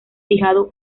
fijado